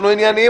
אנחנו עניינים.